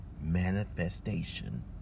manifestation